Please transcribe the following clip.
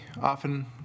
often